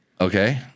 Okay